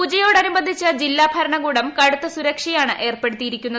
പൂജയോടനുബന്ധിച്ച് ജില്ലാ ഭരണകൂടം കടുത്ത സുരക്ഷയാണ് ഏർപ്പെടുത്തിയിരിക്കുന്നത്